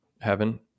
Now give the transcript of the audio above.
heaven